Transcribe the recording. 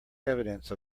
evidence